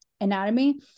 anatomy